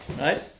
Right